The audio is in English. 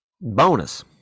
Bonus